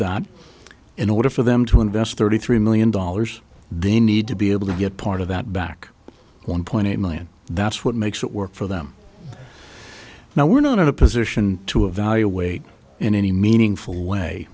that in order for them to invest thirty three million dollars they need to be able to get part of that back one point eight million that's what makes it work for them now we're not in a position to evaluate in any meaningful way